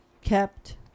Kept